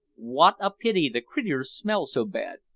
wot a pity the creeturs smell so bad,